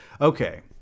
Okay